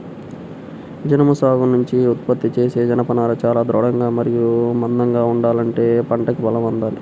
జనుము సాగు నుంచి ఉత్పత్తి చేసే జనపనార చాలా దృఢంగా మరియు మందంగా ఉండాలంటే పంటకి బలం అందాలి